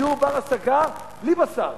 "דיור בר השגה" בלי בשר,